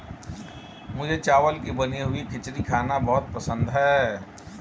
मुझे चावल की बनी हुई खिचड़ी खाना बहुत पसंद है